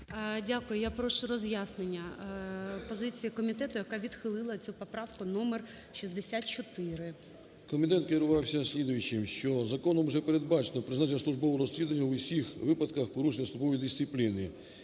Дякую. Я прошу роз'яснення позиції комітету, який відхилив цю поправку номер 64. 13:11:33 ПАЛАМАРЧУК М.П. Комітет керувавсяслідуючим. Що законом вже передбачено призначення службового розслідування у всіх випадках порушення службової дисципліни.